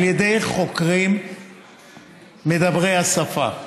על ידי חוקרים דוברי השפה.